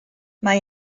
mae